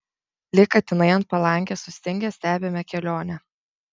lyg katinai ant palangės sustingę stebime kelionę